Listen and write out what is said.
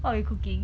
what we cooking